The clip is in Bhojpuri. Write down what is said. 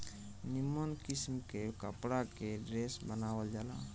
निमन किस्म के कपड़ा के ड्रेस बनावल जाला